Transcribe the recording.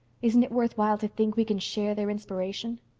isn't it worthwhile to think we can share their inspiration?